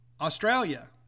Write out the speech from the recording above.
Australia